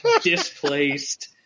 displaced